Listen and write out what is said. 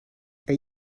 are